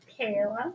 Kayla